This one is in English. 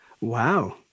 Wow